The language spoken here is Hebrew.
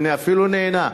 ואפילו נהנה.